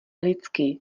lidský